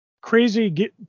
crazy